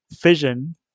vision